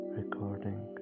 recording